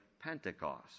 Pentecost